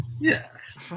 Yes